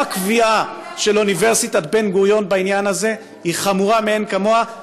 גם הקביעה של אוניברסיטת בן-גוריון בעניין הזה היא חמורה מאין כמוה.